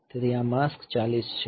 તેથી આ માસ્ક 40 છે